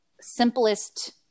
simplest